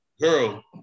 girl